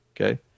Okay